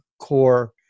core